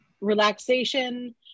relaxation